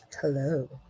Hello